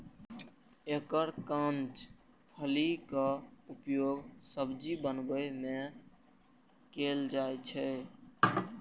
एकर कांच फलीक उपयोग सब्जी बनबै मे कैल जाइ छै